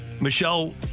Michelle